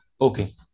okay